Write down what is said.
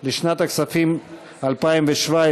לשנת הכספים 2017,